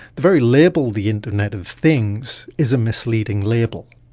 the very label the internet of things is a misleading label,